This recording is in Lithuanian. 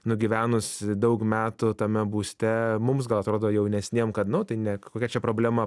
nugyvenus daug metų tame būste mums gal atrodo jaunesniem kad nu tai ne kokia čia problema